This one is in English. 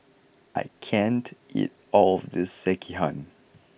I can't eat all of this Sekihan